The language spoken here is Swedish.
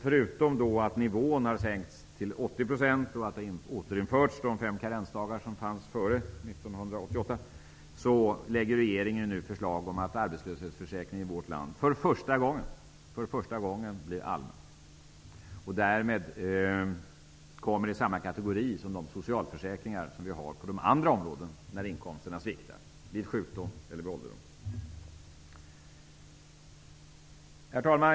Förutom att nivån har sänkts till 80 % och att de fem karensdagar som fanns före 1988 har återinförts lägger regeringen nu fram ett förslag om att arbetslöshetsförsäkringen i vårt land för första gången skall bli allmän. Därmed hamnar den i samma kategori som de socialförsäkringar som vi har på andra områden när inkomsterna sviktar vid sjukdom eller ålderdom. Herr talman!